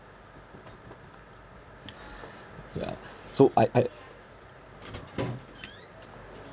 yeah so I I